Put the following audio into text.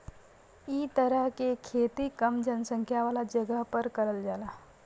इ तरह के खेती कम जनसंख्या वाला जगह पर करल जाला